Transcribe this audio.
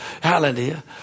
Hallelujah